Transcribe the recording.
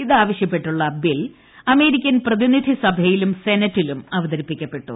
ഇതാവശ്യപ്പെട്ടുള്ള bill American പ്രതിനിധി സഭയിലും സെനറ്റിലും അവതരിപ്പിക്കപ്പെട്ടു